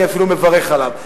אני אפילו מברך עליו.